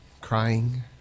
crying